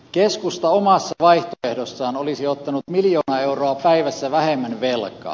keskusta omassa vaihtoehdossaan olisi ottanut miljoona euroa päivässä vähemmän velkaa